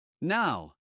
Now